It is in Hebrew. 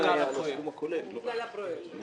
לכלל הפרויקט.